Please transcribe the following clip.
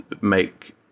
make